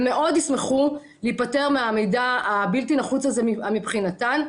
הם מאוד ישמחו להיפטר מהמידע הבלתי-נחוץ הזה מבחינתן.